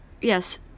Yes